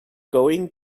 going